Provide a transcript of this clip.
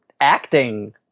acting